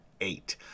eight